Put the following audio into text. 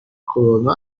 کرونا